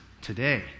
today